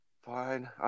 Fine